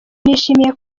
nishimiye